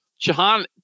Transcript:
Shahan